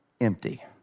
Empty